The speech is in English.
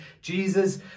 Jesus